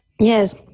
Yes